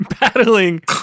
Battling